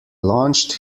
launched